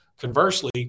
conversely